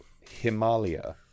Himalaya